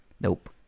nope